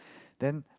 then